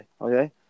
Okay